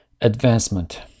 advancement